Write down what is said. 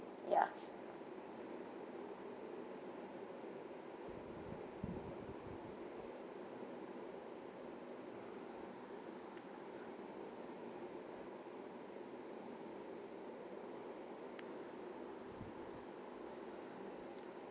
ya